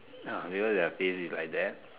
no because their face is like that